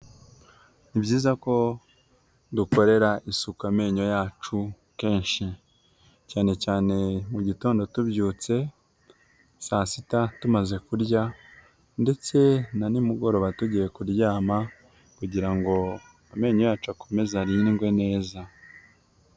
Ni byiza ko dukorera isuku amenyo yacu kenshi, cyane cyane mu gitondo tubyutse, saa sita tumaze kurya ndetse na nimugoroba tugiye kuryama kugira ngo amenyo yacu akomeze arindwe neza.